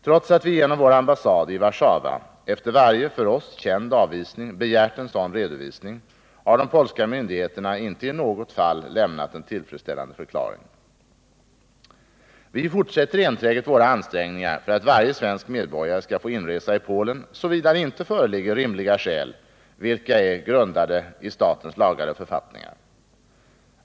Trots att vi genom vår ambassad i Warszawa efter varje för oss känd avvisning begärt en sådan redovisning, har de polska myndigheterna inte i något fall lämnat en tillfredsställande förklaring. Vi fortsätter enträget våra ansträngningar för att varje svensk medborgare skall få inresa i Polen, såvida det inte föreligger rimliga skäl, vilka är grundade ”i statens lagar och författningar”.